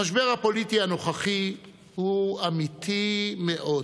המשבר הפוליטי הנוכחי הוא אמיתי מאוד.